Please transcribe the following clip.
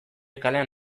kalean